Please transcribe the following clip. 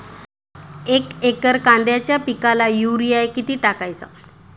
एक एकर कांद्याच्या पिकाला युरिया किती टाकायचा?